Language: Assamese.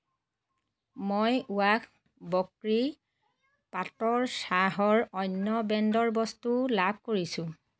মই ৱাঘ বক্ৰি পাতৰ চাহৰ অন্য ব্ৰেণ্ডৰ বস্তু লাভ কৰিছোঁ